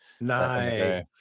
Nice